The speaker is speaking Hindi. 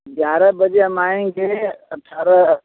ग्यारह बजे हम आएँगे अठारह